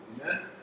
Amen